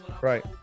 Right